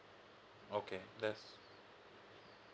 okay that's